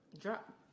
Drop